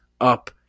up